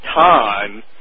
time